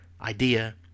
idea